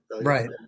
right